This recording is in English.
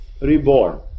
reborn